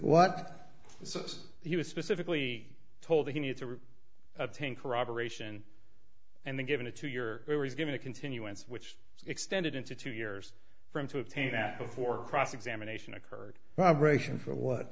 what he was specifically told he needed to obtain corroboration and then given it to you're given a continuance which extended into two years for him to obtain that before cross examination occurred operation for